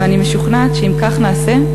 ואני משוכנעת שאם כך נעשה,